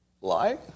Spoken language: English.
Lie